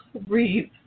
Breathe